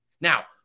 Now